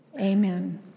amen